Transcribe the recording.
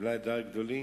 קיבלה את דעת גדולים,